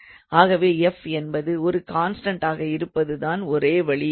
ஆகவே f என்பது ஒரு கான்ஸ்டண்ட்டாக இருப்பது தான் ஒரே வழி